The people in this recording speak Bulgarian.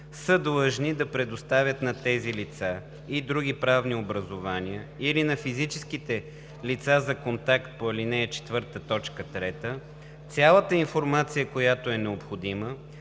са длъжни да предоставят на тези лица и други правни образувания или на физическите лица за контакт по ал. 4, т. 3 цялата информация, която е необходима,